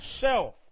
self